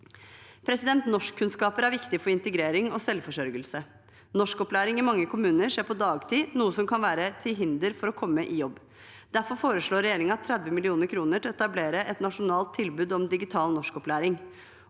årene. Norskkunnskaper er viktig for integrering og selvforsørgelse. Norskopplæring skjer i mange kommuner på dagtid, noe som kan være til hinder for å komme i jobb. Derfor foreslår regjeringen 30 mill. kr til å etablere et nasjonalt tilbud om digital norskopplæring.